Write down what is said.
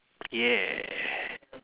yeah